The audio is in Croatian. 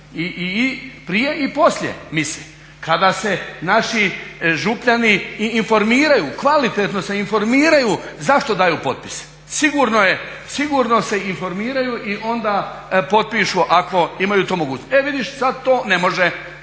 i prije i poslije mise kada se naši župljani i informiraju, kvalitetno se informiraju zašto daju potpise. Sigurno se informiraju i onda potpišu ako imaju tu mogućnost. E vidiš sad to ne može,